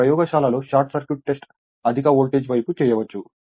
ప్రయోగశాలలో short circuit test అధిక voltage వైపు చేయవచ్చు